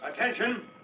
Attention